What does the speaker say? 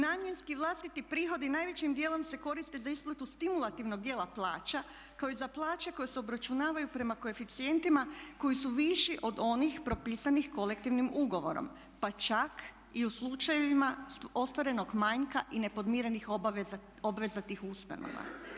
Namjenski vlastiti prohodi najvećim djelom se koriste za isplatu stimulativnog dijela plaća kao i za plaće koje se obračunavaju prema koeficijentima koji su viši od onih propisanih kolektivnim ugovorom pa čak i u slučajevima ostvarenog manjka i nepodmirenih obaveza tih ustanova.